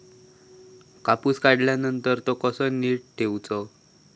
कापूस काढल्यानंतर तो कसो नीट ठेवूचो?